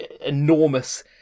enormous